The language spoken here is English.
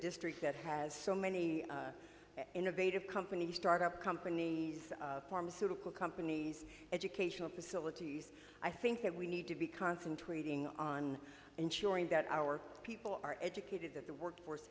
district that has so many innovative companies start up companies pharmaceutical companies educational facilities i think that we need to be concentrating on ensuring that our people are educated that the workforce